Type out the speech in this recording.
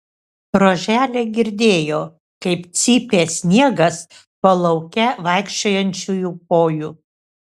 roželė girdėjo kaip cypė sniegas po lauke vaikščiojančiųjų kojų